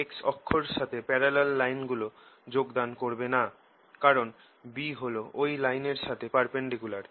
x অক্ষর সাথে parallel লাইনগুলো যোগদান করবে না কারণ B হল ওই লাইনের সাথে পারপেন্ডিকুলার